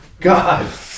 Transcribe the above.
God